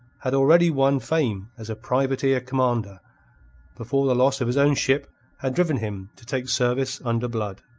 had already won fame as a privateer commander before the loss of his own ship had driven him to take service under blood.